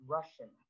Russian